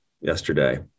yesterday